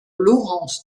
laurence